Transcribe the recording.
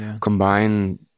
combine